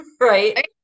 Right